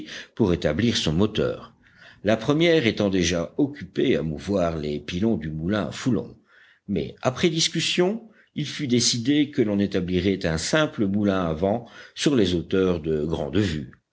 pour établir son moteur la première étant déjà occupée à mouvoir les pilons du moulin à foulon mais après discussion il fut décidé que l'on établirait un simple moulin à vent sur les hauteurs de